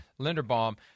Linderbaum